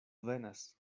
venas